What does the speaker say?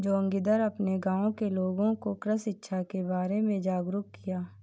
जोगिंदर अपने गांव के लोगों को कृषि शिक्षा के बारे में जागरुक किया